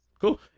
cool